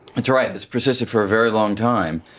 that's right, it has persisted for a very long time,